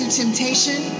temptation